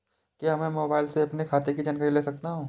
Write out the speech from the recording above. क्या मैं मोबाइल से अपने खाते की जानकारी ले सकता हूँ?